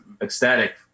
ecstatic